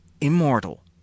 immortal